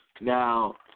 Now